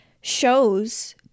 shows